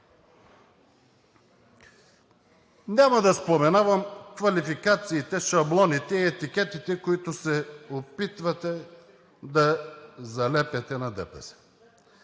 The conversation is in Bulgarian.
Няма да споменавам квалификациите, шаблоните и етикетите, които се опитвате да залепяте на ДПС.